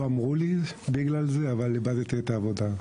לא אמרו לי בגלל זה, אבל איבדתי את העבודה.